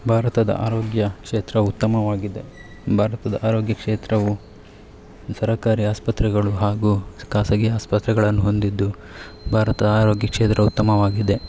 ಭಾರತದ ಆರೋಗ್ಯ ಕ್ಷೇತ್ರ ಉತ್ತಮವಾಗಿದೆ ಭಾರತದ ಆರೋಗ್ಯ ಕ್ಷೇತ್ರವು ಸರಕಾರಿ ಆಸ್ಪತ್ರೆಗಳು ಹಾಗೂ ಖಾಸಗಿ ಆಸ್ಪತ್ರೆಗಳನ್ನು ಹೊಂದಿದ್ದು ಭಾರತ ಆರೋಗ್ಯ ಕ್ಷೇತ್ರ ಉತ್ತಮವಾಗಿದೆ